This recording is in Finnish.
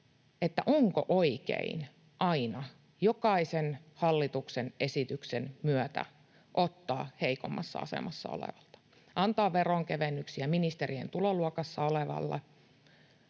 siitä, onko oikein aina, jokaisen hallituksen esityksen myötä, ottaa heikommassa asemassa olevalta, antaa veronkevennyksiä ministerien tuloluokassa olevalle.